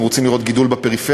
אנחנו רוצים לראות גידול בפריפריה.